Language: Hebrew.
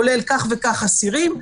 כולל כך וכך אסירים,